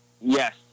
Yes